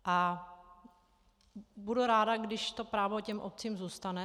A budu ráda, když to právo těm obcím zůstane.